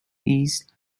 east